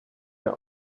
der